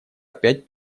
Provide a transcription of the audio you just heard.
опять